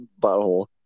butthole